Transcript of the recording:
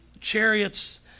chariots